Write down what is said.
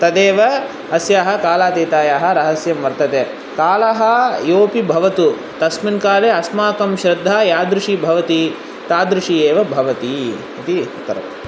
तदेव अस्याः कालातीतायाः रहस्यं वर्तते कालः योऽपि भवतु तस्मिन्काले अस्माकं श्रद्धा यादृशी भवति तादृशी एव भवति इति उत्तरम्